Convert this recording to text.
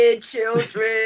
children